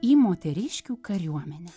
į moteriškių kariuomenę